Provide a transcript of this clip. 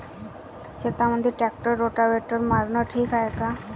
शेतामंदी tractor rotavator मारनं ठीक हाये का?